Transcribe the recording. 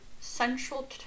central